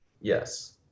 yes